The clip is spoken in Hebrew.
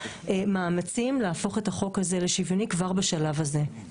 במאמצים להפוך את החוק הזה לשוויוני כבר בשלב הזה.